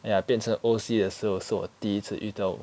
ya 变成 O_C 的时候是我第一次遇到